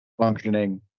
functioning